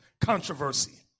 controversy